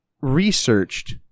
researched